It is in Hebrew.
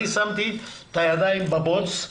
אני שמתי את הידיים בבוץ.